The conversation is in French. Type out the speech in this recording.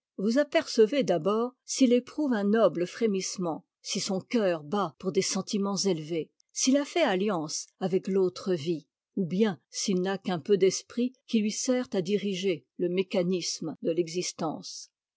vous apercevez d'abord s'il éprouve un noble frémissement si son cœur bat pour des sentiments élevés s'il a fait alliance avec l'autre vie ou bien s'il n'a qu'un peu d'esprit qui lui sert à diriger le mécanisme de l'existence